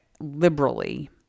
liberally